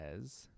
says